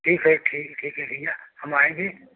ठीक है ठीक ठीक है भईया हम आएँगे